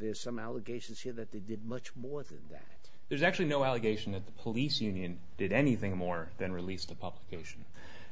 there's some allegations here that they did much more than that there's actually no allegation that the police union did anything more than release the publication